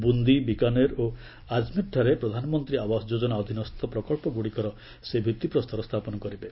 ବୁନ୍ଦି ବିକାନେର୍ ଓ ଆକମେରଠାରେ ପ୍ରଧାନମନ୍ତ୍ରୀ ଆବାସ ଯୋଜନା ଅଧୀନସ୍ଥ ପ୍ରକଳ୍ପଗୁଡ଼ିକର ସେ ଭିଭିପ୍ରସ୍ତର ସ୍ଥାପନ କରିବେ